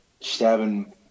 stabbing